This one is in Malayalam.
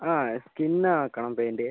അതെ സ്കിൻ ആക്കണം പാൻറ്റ്